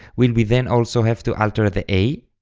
will we then also have to alter the a?